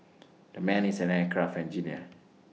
the man is an aircraft engineer